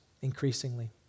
increasingly